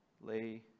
lay